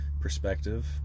perspective